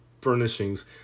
furnishings